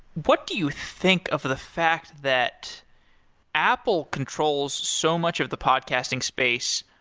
what do you think of the fact that apple controls so much of the podcasting space,